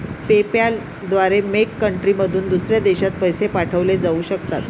PayPal द्वारे मेक कंट्रीमधून दुसऱ्या देशात पैसे पाठवले जाऊ शकतात